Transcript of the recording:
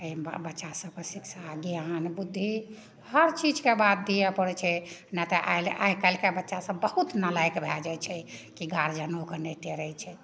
एहि बच्चा सबके शिक्षा ज्ञान बुद्धि हर चीजके बाद दिए पड़ै छै नहि तऽ आइकाल्हिके बच्चा सब बहुत नालायक भऽ जाइ छै की गारजनो के नै टेरै छै